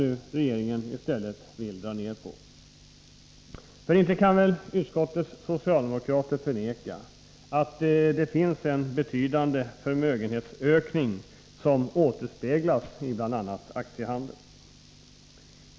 Utskottets socialdemokrater kan väl inte förneka att det finns en betydande förmögenhetsökning, som återspeglas i bl.a. aktiehandeln.